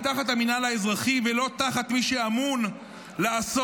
תחת המינהל האזרחי ולא תחת מי שאמון לעשות,